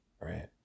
right